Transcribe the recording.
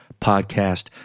podcast